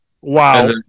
Wow